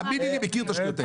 תאמיני לי, מכיר את הדברים האלה.